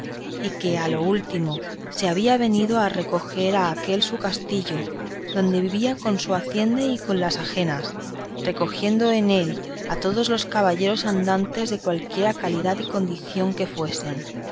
y que a lo último se había venido a recoger a aquel su castillo donde vivía con su hacienda y con las ajenas recogiendo en él a todos los caballeros andantes de cualquiera calidad y condición que fuesen